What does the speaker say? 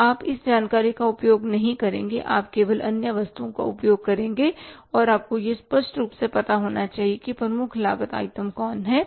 आप इस जानकारी का उपयोग नहीं करेंगे आप केवल अन्य वस्तुओं का उपयोग करेंगे और आपको यह स्पष्ट रूप से पता होना चाहिए कि प्रमुख लागत आइटम कौन से हैं